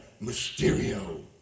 Mysterio